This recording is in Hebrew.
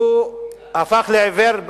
הוא הפך לעיוור,